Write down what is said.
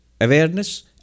awareness